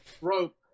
rope